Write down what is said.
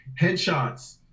Headshots